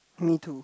me too